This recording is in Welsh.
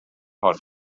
hon